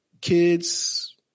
kids